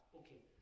okay